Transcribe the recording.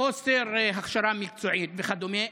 חוסר הכשרה מקצועית וכדומה.